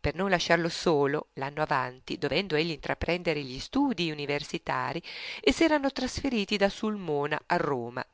per non lasciarlo solo l'anno avanti dovendo egli intraprendere gli studii universitari s'erano trasferiti da sulmona a roma